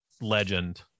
legend